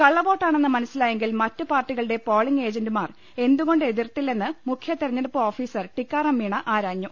കള്ളവോട്ടാണെന്ന് മനസിലായെങ്കിൽ മറ്റ് പാർട്ടികളുടെ പോളിങ് ഏജന്റുമാർ എന്തുകൊണ്ട് എതിർത്തില്ലെന്ന് മുഖ്യ തെരഞ്ഞെടുപ്പ് ഓഫീസർ ടിക്കാറാം മീണ ആരാഞ്ഞു